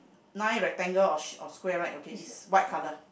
nine rectangle of sh~ of square right okay is white color